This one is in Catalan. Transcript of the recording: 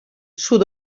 sud